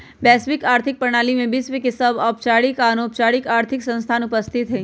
वैश्विक आर्थिक प्रणाली में विश्व के सभ औपचारिक आऽ अनौपचारिक आर्थिक संस्थान उपस्थित हइ